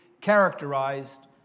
characterized